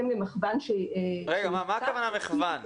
למכוון --- מה הכוונה מכוון?